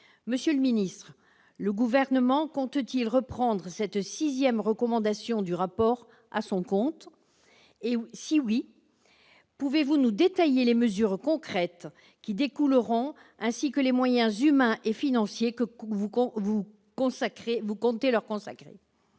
Monsieur le ministre, le Gouvernement envisage-t-il reprendre à son compte cette sixième recommandation du rapport ? Si oui, pouvez-vous nous détailler les mesures concrètes qui en découleront, ainsi que les moyens humains et financiers que vous comptez leur consacrer ?